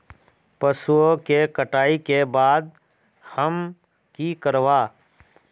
पशुओं के कटाई के बाद हम की करवा?